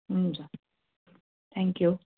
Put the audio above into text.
हुन्छ थ्याङ्कयू